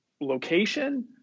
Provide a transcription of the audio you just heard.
location